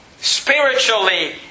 spiritually